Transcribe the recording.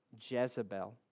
Jezebel